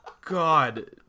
God